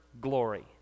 glory